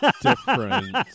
different